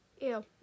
Ew